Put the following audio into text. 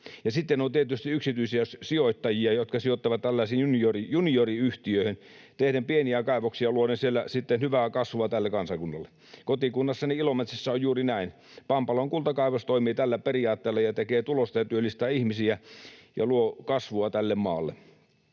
sitten on tietysti yksityisiä sijoittajia, jotka sijoittavat tällaisiin junioriyhtiöihin tehden pieniä kaivoksia ja luoden siellä sitten hyvää kasvua tälle kansakunnalle. Kotikunnassani Ilomantsissa on juuri näin: Pampalon kultakaivos toimii tällä periaatteella ja tekee tulosta ja työllistää ihmisiä ja luo kasvua tälle maalle.